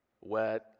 Wet